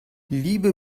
liebe